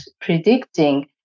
predicting